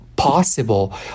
Possible